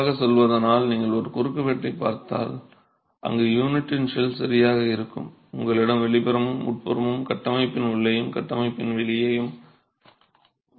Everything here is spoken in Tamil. கண்டிப்பாகச் சொல்வதானால் நீங்கள் ஒரு குறுக்குவெட்டைப் பார்த்தால் அங்கு யூனிட்டின் ஷெல் சரியாக இருக்கும் உங்களிடம் வெளிப்புறமும் உட்புறமும் கட்டமைப்பின் உள்ளேயும் கட்டமைப்பின் வெளிப்புறமும் உள்ளது